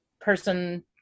person